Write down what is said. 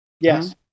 Yes